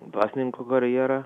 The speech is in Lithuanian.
dvasininko karjera